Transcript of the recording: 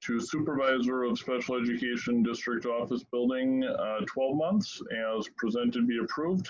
to supervisor of special education district office building twelve months as presented be approved.